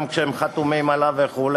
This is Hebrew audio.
גם כשהם חתומים עליו וכו'